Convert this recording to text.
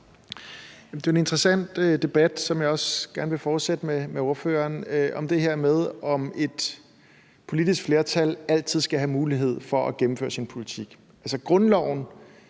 Det er jo en interessant debat, som jeg også gerne vil fortsætte med ordføreren, altså det her med, om et politisk flertal altid skal have mulighed for at gennemføre sin politik.